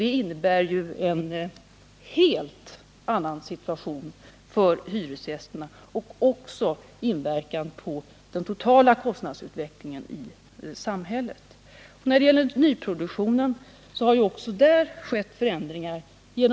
Detta innebär ju en helt annan situation för hyresgästerna, och det inverkar också på den totala kostnadsutvecklingen i samhället. När det gäller nyproduktionen har det också skett förändringar. Bl.